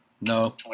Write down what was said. No